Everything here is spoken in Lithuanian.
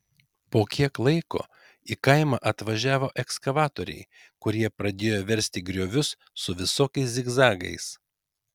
po kiek laiko į kaimą atvažiavo ekskavatoriai kurie pradėjo versti griovius su visokiais zigzagais